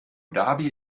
dhabi